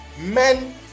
men